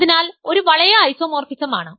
അതിനാൽ ഒരു വളയ ഐസോമോർഫിസം ആണ്